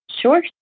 Sure